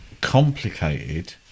complicated